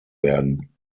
werden